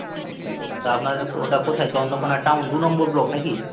আচ্ছা আচ্ছা তা আপনার ওটা কোথায় চন্দ্রকোণা টাউন দু নম্বর ব্লক নাকি